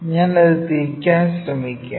ഞാൻ അത് തിരിക്കാൻ ശ്രമിക്കുകയാണ്